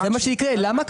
זה מה שיקרה, למה?